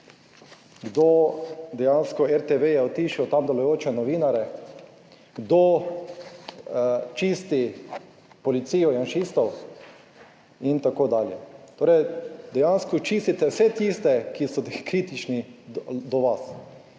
kdo dejansko RTV je utišal tam delujoče novinarje, kdo čisti policijo janšistov in tako dalje? Torej dejansko čistite vse tiste, ki so kritični do vas.